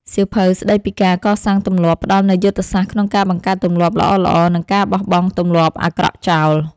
សៀវភៅស្ដីពីការកសាងទម្លាប់ ផ្ដល់នូវយុទ្ធសាស្ត្រក្នុងការបង្កើតទម្លាប់ល្អៗ និងការបោះបង់ទម្លាប់អាក្រក់ចោល។